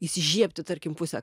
įsižiebti tarkim pusę